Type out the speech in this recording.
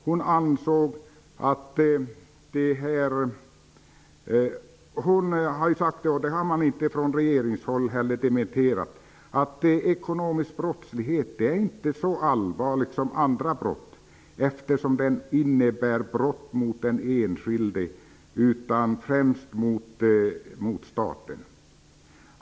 Hon anser ju -- och det har inte dementerats från regeringshåll -- att ekonomisk brottslighet inte är lika allvarlig som annan brottslighet, eftersom ''den inte innebär brott mot den enskilde utan främst mot staten''.